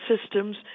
systems